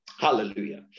Hallelujah